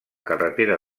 carretera